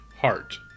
heart